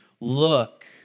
look